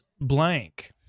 blank